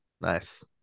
Nice